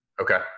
Okay